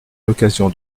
l’occasion